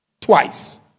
twice